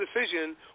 decision